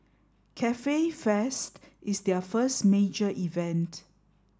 Cafe Fest is their first major event